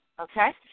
okay